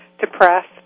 depressed